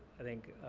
i think,